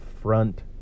front